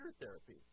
therapy